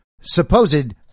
supposed